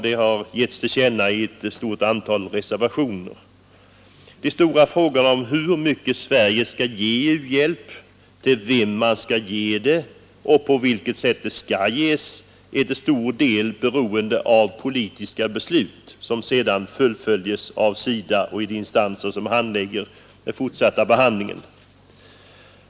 Detta har givits till känna i ett stort antal reservationer. Den stora frågan om hur mycket Sverige skall ge i u-hjälp, till vem man skall ge den och på vilket sätt den skall ges, är till stor del beroende av politiska beslut, som sedan fullföljs av SIDA och de instanser som sköter den fortsatta handläggningen.